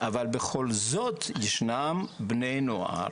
אבל בכל זאת יש בני נוער